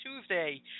Tuesday